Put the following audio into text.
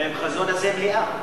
אני רוצה מליאה,